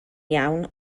iawn